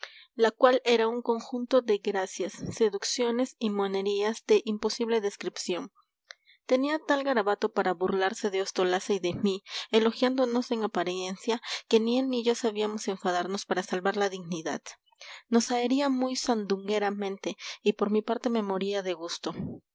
la cual era un conjunto de gracias seducciones y monerías de imposible descripción tenía tal garabato para burlarse de ostolaza y de mí elogiándonos en apariencia que ni él ni yo sabíamos enfadarnos para salvar la dignidad nos zahería muy sandungueramente y por mi parte me moría de gusto